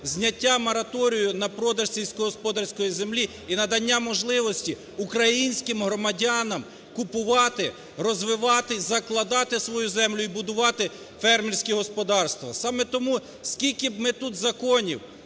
зняття мораторію на продаж сільськогосподарської землі і надання можливості українським громадянам купувати, розвивати, закладати свою землю і будувати фермерські господарства. Саме тому, скільки б ми тут законів